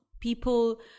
people